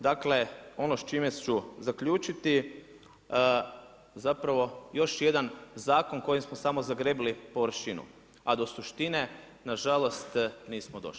Dakle ono s čime ću zaključiti, zapravo još jedan zakon kojim smo samo zagrebli površinu, a do suštine nažalost nismo došli.